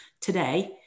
today